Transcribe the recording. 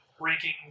ranking